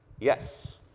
Yes